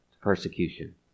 persecution